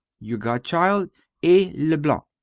your godchild, a. leblanc.